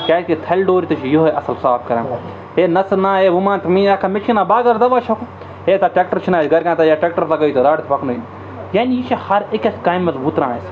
کیٛازِکہِ تھَلہِ ڈوٗر تہِ چھِ یِہوٚے اَصٕل صاف کَران ہے نَژٕ نا ہے وۄنۍ مان تہٕ میٛٲنۍ اَکھہ مےٚ چھِنہٕ بہٕ اگر دَوا چھَکہٕ ہے تَتھ ٹیٚکٹَر چھُنہٕ اَسہِ گَرِکٮ۪ن تام یا ٹرٛیکٹَر یعنی یہِ چھِ ہَر أکِس کامہِ منٛز وُتران اَسہِ